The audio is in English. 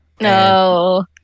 No